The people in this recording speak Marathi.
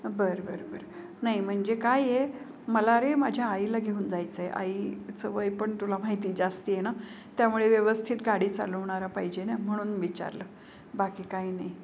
बर बर बर नाही म्हणजे काय आहे मला अरे माझ्या आईला घेऊन जायचं आहे आईचं वय पण तुला माहिती आहे जास्ती आहे ना त्यामुळे व्यवस्थित गाडी चालवणारा पाहिजे ना म्हणून विचारलं बाकी काही नाही